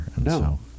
No